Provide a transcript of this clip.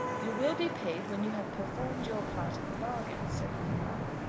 you will be paid when you have performed your part of the bargain, said peacocke.